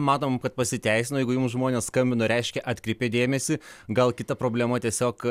matom kad pasiteisino jeigu jums žmonės skambino reiškia atkreipė dėmesį gal kita problema tiesiog